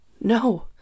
No